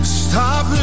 stop